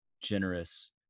generous